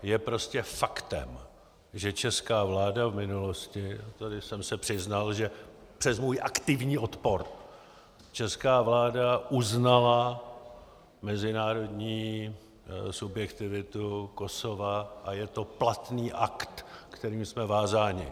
Je prostě faktem, že česká vláda v minulosti a tady jsem se přiznal, že přes můj aktivní odpor česká vláda uznala mezinárodní subjektivitu Kosova, a je to platný akt, kterým jsme vázáni.